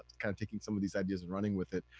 kind of taking some of these ideas and running with it.